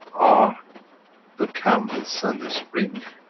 ah the canvas and the spring.